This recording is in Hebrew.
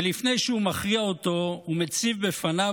ולפני שהוא מכריע אותו הוא מציב בפניו